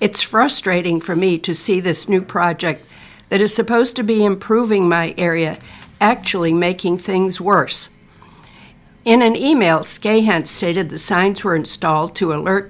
it's frustrating for me to see this new project that is supposed to be improving my area actually making things worse in an email scan had stated the signs were installed to alert